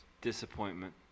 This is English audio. Disappointment